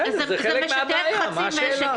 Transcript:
בסדר, זה חלק מהבעיה, מה השאלה.